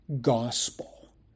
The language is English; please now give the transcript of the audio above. gospel